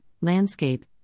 landscape